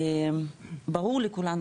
ברור לכולנו,